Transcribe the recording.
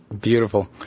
Beautiful